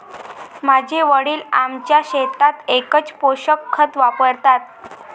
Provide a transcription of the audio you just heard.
माझे वडील आमच्या शेतात एकच पोषक खत वापरतात